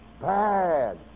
bad